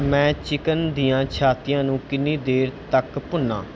ਮੈਂ ਚਿਕਨ ਦੀਆਂ ਛਾਤੀਆਂ ਨੂੰ ਕਿੰਨੀ ਦੇਰ ਤੱਕ ਭੁੰਨਾਂ